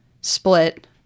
split